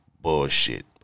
bullshit